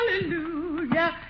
hallelujah